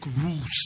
rules